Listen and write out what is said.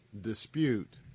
dispute